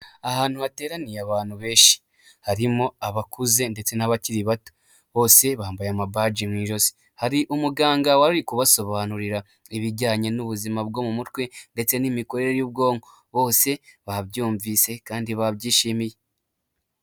Ahantu bateraniye abantu benshi harimo abakuze ndetse n'abakiri bato, bose bambaye amabaji mu ijosi, hari umuganga wari uri kubasobanurira, ibijyanye n'ubuzima bwo mu mutwe ndetse n'imikorere y'ubwonko, bose babyumvise kandi babyishimiye.